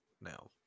now